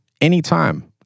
anytime